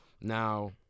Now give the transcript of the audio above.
Now